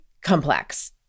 complex